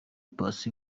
paccy